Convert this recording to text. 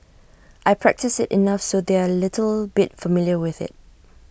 I practice IT enough so they're A little bit familiar with IT